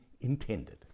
intended